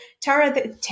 Tara